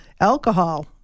alcohol